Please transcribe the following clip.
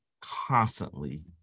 constantly